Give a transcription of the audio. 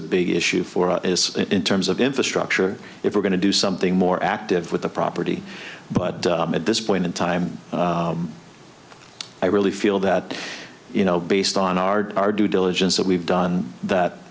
a big issue for us is in terms of infrastructure if we're going to do something more active with the property but at this point in time i really feel that you know based on our our due diligence that we've done that